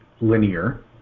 linear